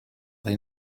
they